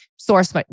Source